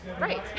Right